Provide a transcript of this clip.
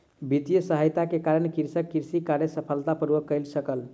वित्तीय सहायता के कारण कृषक कृषि कार्य सफलता पूर्वक कय सकल